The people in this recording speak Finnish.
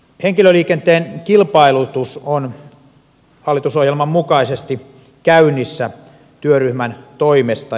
henkilöliikenteen kilpailutus on hallitusohjelman mukaisesti käynnissä työryhmän toimesta